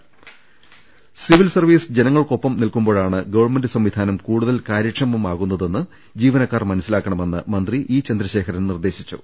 രംഭട്ട്ട്ട്ട്ട്ട്ട്ട്ട civil service ജനങ്ങൾക്കൊപ്പം നിൽക്കുമ്പോഴാണ് government സംവിധാനം കൂടുതൽ കാര്യക്ഷമമാവുന്നതെന്ന് ജീവനക്കാർ മനസ്സിലാക്ക ണമെന്ന് മന്ത്രി ഇ ചന്ദ്രശേഖരൻ നിർദ്ദേശിച്ചു